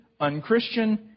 unchristian